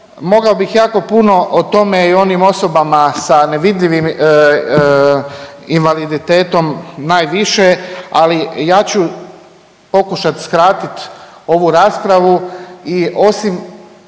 Mogao bih jako puno o tome i onim osobama sa nevidljivim invaliditetom najviše, ali ja ću pokušat skratit ovu raspravu i osim